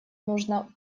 нужно